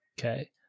Okay